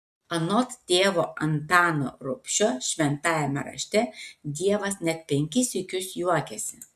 anot tėvo antano rubšio šventajame rašte dievas net penkis sykius juokiasi